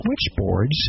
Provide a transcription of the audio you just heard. switchboards